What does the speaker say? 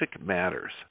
Matters